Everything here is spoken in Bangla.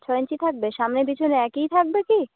ছ ইঞ্চি থাকবে সামনে পিছনে একই থাকবে কি